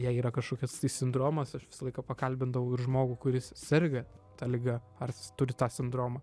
jei yra kažkokis tai sindromas aš visą laiką pakalbindavau ir žmogų kuris serga ta liga ar turi tą sindromą